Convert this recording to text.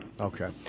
Okay